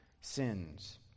sins